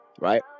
right